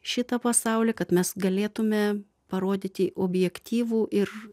šitą pasaulį kad mes galėtume parodyti objektyvų ir